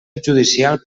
judicial